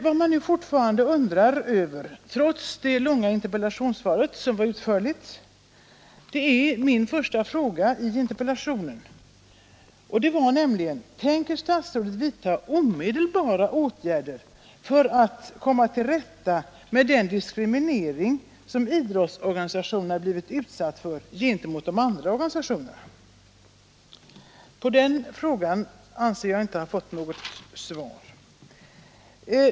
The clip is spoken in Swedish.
Vad jag fortfarande undrar över, trots det långa och utförliga interpellationssvaret, är min första fråga i interpellationen: ”Vilka omedelbara åtgärder avser statsrådet vidtaga för att rätta till den diskriminering som idrottsorganisationerna utsatts för beträffande det lokala aktivitetsstödet?” På den frågan anser jag mig inte ha fått något svar.